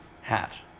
hat